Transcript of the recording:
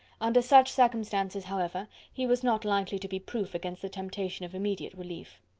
under such circumstances, however, he was not likely to be proof against the temptation of immediate relief.